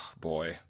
boy